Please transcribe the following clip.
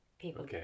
people